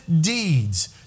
deeds